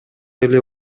эле